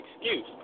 excuse